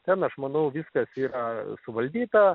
ten aš manau viskas yra suvaldyta